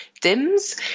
dims